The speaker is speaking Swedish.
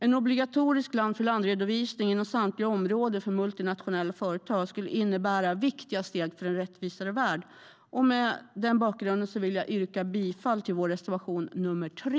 En obligatorisk land-för-land-redovisning inom samtliga områden för multinationella företag skulle innebära viktiga steg för en rättvisare värld. Mot den bakgrunden vill jag yrka bifall till vår reservation nr 3.